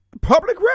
public